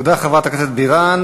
תודה, חברת הכנסת בירן.